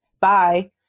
Bye